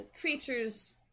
creatures